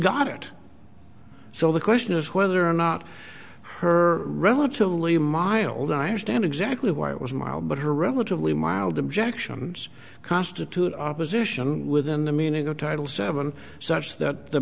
got it so the question is whether or not her relatively mild i understand exactly why it was mild but her relatively mild objections constitute opposition within the meaning of title seven such that the